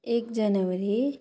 एक जेनवरी